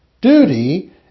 Duty